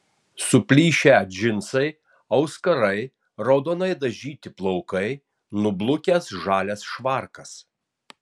suplyšę džinsai auskarai raudonai dažyti plaukai nublukęs žalias švarkas